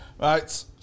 Right